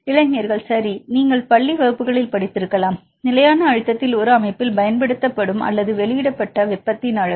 மாணவர் இளைஞர்கள் சரி நீங்கள் பள்ளி வகுப்புகளில் படித்திருக்கலாம் நிலையான அழுத்தத்தில் ஒரு அமைப்பில் பயன்படுத்தப்படும் அல்லது வெளியிடப்பட்ட வெப்பத்தின் அளவு